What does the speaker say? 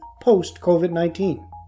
post-COVID-19